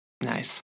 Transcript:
nice